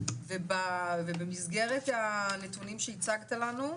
ובמסגרת הנתונים שהצגת לנו,